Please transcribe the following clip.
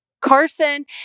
Carson